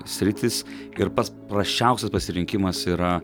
sritys ir pats prasčiausias pasirinkimas yra